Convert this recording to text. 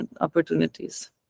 opportunities